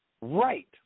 Right